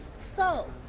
so,